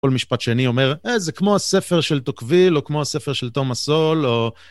כל משפט שני אומר, אה, זה כמו הספר של טוקוויל, או כמו הספר של תומס סואל, או...